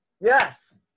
yes